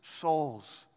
souls